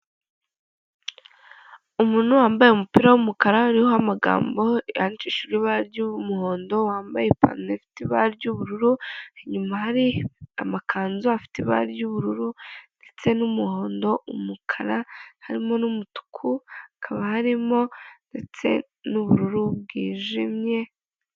Umuntu wambaye umupira w'umukara, uriho amagambo yandikishije ibara ry'umuhondo, wambaye ipanaro ifite ibara ry'ubururu. Inyuma hakaba hari amakanzu, afite abara ry'ubururu ndetse n'umuhondo n'umukara, hakaba harimo n'ubururu bwijemye.